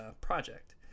project